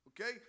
okay